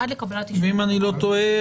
ואם אני לא טועה,